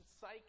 psych